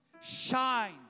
Shine